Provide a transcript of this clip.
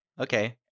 okay